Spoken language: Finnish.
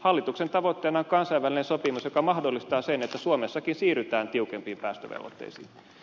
hallituksen tavoitteena on kansainvälinen sopimus joka mahdollistaa sen että suomessakin siirrytään tiukempiin päästövelvoitteisiin